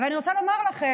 אבל אני רוצה לומר לכם,